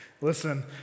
Listen